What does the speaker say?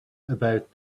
about